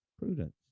Prudence